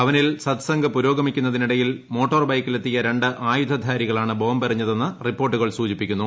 ഭവനിൽ സത്സംഗ് പുരോഗമിക്കുന്നതിനിടയിൽ മോട്ടോർ ബൈക്കിലെത്തിയ രണ്ട് ആയുധധാരികളാണ് ബോംബെറിഞ്ഞ തെന്ന് റിപ്പോർട്ടുകൾ സൂചിപ്പിക്കുന്നു